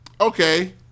okay